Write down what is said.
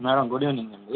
madam good evening అండి